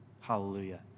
Hallelujah